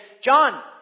John